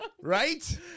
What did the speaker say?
Right